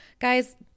guys